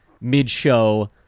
mid-show